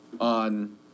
on